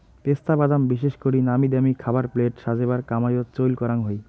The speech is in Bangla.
পেস্তা বাদাম বিশেষ করি নামিদামি খাবার প্লেট সাজেবার কামাইয়ত চইল করাং হই